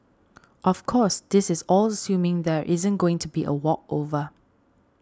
of course this is all assuming there isn't going to be a walkover